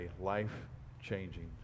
life-changing